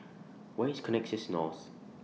Where IS Connexis North